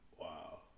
Wow